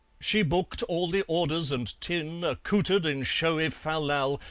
she booked all the orders and tin, accoutred in showy fal-lal,